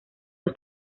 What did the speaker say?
los